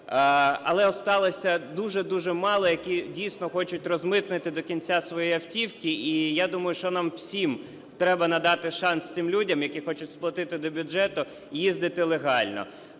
але осталося дуже, дуже мало які дійсно хочуть розмитнити до кінця свої автівки. І я думаю, що на всім треба надати шанс цим людям, які хочуть сплатити до бюджету і їздити легально.